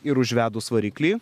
ir užvedus variklį